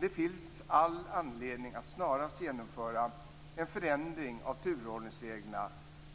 Det finns all anledning att snarast genomföra en förändring av turordningsreglerna